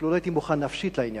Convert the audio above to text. אפילו לא הייתי מוכן נפשית לעניין.